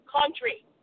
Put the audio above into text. country